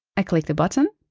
i click the button,